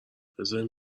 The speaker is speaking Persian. بذارین